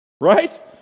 Right